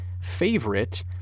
favorite